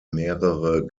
mehrere